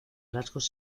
rasgos